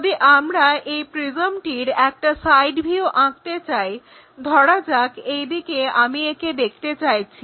যদি আমরা এই প্রিজমটির একটা সাইড ভিউ আঁকতে চাই ধরা যাক এই দিকে আমি একে দেখতে চাইছি